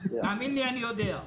תאמין לי, אני יודע,